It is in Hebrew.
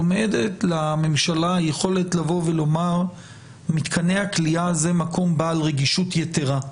עומדת לממשלה יכולת לבוא ולומר מתקני הכליאה זה מקום בעל רגישות יתרה.